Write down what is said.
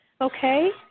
Okay